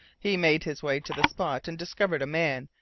he made his way to the spot and discovered a man,